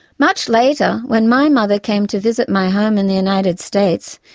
much later, when my mother came to visit my home in the united states,